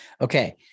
okay